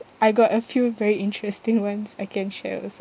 I got a few very interesting ones I can share also